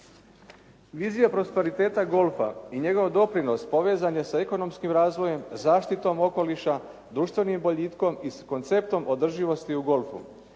Vizije prosperiteta golfa i njegov doprinos povezan je sa ekonomskim razvojem, zaštitom okoliša, društvenim boljitkom i konceptom održivosti u golfu.